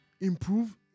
improve